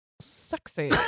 sexy